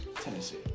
Tennessee